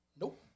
Nope